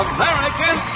American